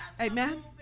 Amen